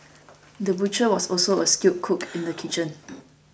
the butcher was also a skilled cook in the kitchen